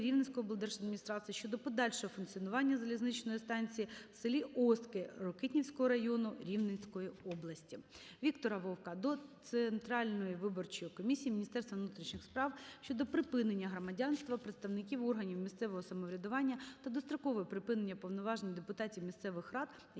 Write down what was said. Рівненської облдержадміністрації щодо подальшого функціонування залізничної станції в селі Остки Рокитнівського району Рівненської області. Віктора Вовка до Центральної виборчої комісії, Міністерства внутрішніх справ щодо припинення громадянства представників органів місцевого самоврядування та дострокове припинення повноважень депутатів місцевих рад,